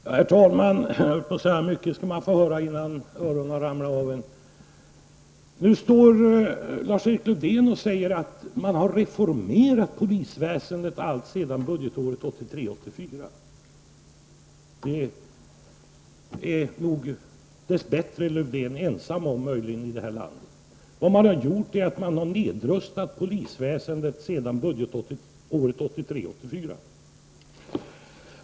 Herr talman! Jag höll på att säga att mycket skall man få höra innan öronen ramlar av. Nu säger Lars Erik Lövdén att man har reformerat polisväsendet alltsedan budgetåret 1983 84.